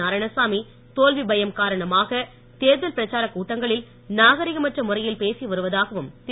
நாராயணசாமி தோல்வி பயம் காரணமாக தேர்தல் பிரச்சார கூட்டங்களில் நாகரீகமற்ற முறையில் பேசி வருவதாக திரு